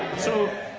so,